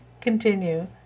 continue